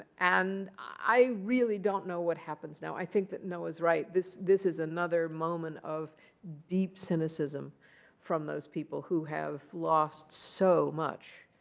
and i really don't know what happens now. i think that noah's right. this this is another moment of deep cynicism from those people who have lost so much,